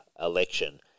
election